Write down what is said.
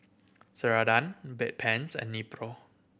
Ceradan Bedpans and Nepro